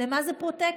מה זה פרוטקשן.